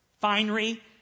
Finery